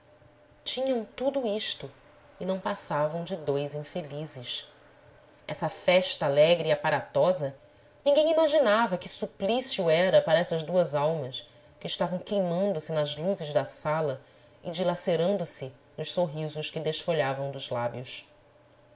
tinham tudo isto e não passavam de dois infelizes essa festa alegre e aparatosa ninguém imaginava que suplício era para essas duas almas que estavam queimando se nas luzes da sala e dilacerando se nos sorrisos que desfolhavam dos lábios